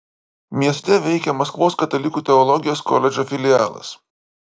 mieste veikia maskvos katalikų teologijos koledžo filialas